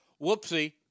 Whoopsie